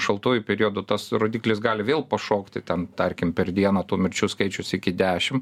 šaltuoju periodu tas rodiklis gali vėl pašokti ten tarkim per dieną tų mirčių skaičius iki dešim